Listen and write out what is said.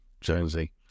Jonesy